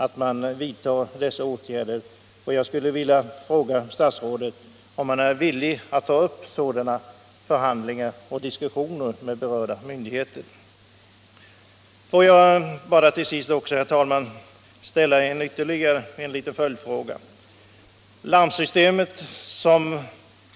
Jag skulle Torsdagen den vilja fråga statsrådet om han är villig att ta upp sådana förhandlingar 12 maj 1977 och diskussioner med berörda myndigheter. Asea Låt mig bara till sist, herr talman, ställa ytterligare en liten följdfråga. Om informationen Larmsystemet